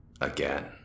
again